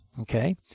Okay